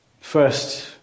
First